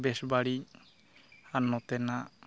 ᱵᱮᱥᱵᱟᱹᱲᱤᱡ ᱟᱨ ᱱᱚᱛᱮᱱᱟᱜ